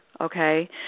okay